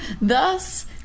Thus